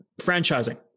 franchising